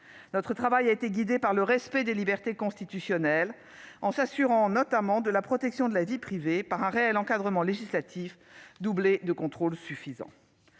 Notre travail a été guidé par le respect des libertés constitutionnelles, en nous assurant notamment de la protection de la vie privée, par un réel encadrement législatif doublé de contrôles suffisants.